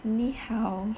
你好